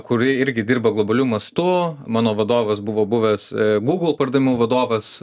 kuri irgi dirba globaliu mastu mano vadovas buvo buvęs google pardavimų vadovas